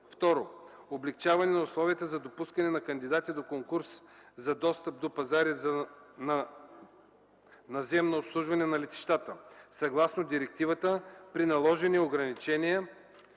2. Облекчаване на условията за допускане на кандидати до конкурс за достъп до пазара на наземно обслужване на летищата. Съгласно директивата, при наложени ограничения